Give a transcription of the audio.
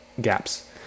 gaps